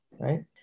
right